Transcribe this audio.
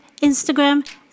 Instagram